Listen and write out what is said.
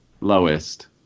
Lowest